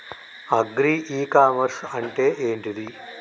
Agri e commerce అంటే ఏంటిది?